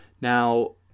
Now